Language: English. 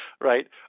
right